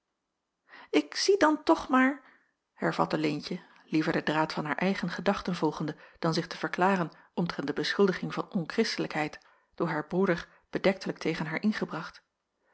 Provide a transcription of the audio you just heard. ik zie dan toch maar hervatte leentje liever den draad van haar eigen gedachten volgende dan zich te verklaren omtrent de beschuldiging van onkristelijkheid door haar broeder bedektelijk tegen haar ingebracht